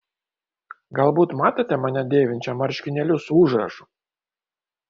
galbūt matėte mane dėvinčią marškinėlius su užrašu